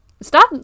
stop